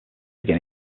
begin